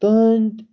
تُہٕنٛدۍ